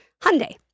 Hyundai